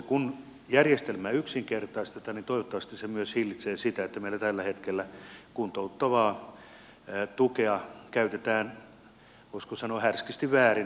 kun järjestelmää yksinkertaistetaan niin toivottavasti se myös hillitsee sitä että meillä kuten tällä hetkellä kuntouttavaa tukea käytetään voisiko sanoa härskisti väärin